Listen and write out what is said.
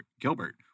Gilbert